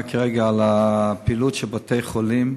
כרגע על פעילות להפליא של בתי-החולים,